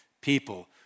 people